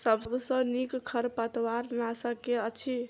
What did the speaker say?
सबसँ नीक खरपतवार नाशक केँ अछि?